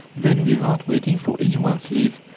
then, without waiting for anyone's leave,